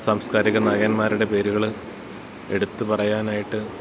സംസ്കാരിക നായകന്മാരടെ പേരുകൾ എടുത്ത് പറയാനായിട്ട്